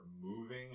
moving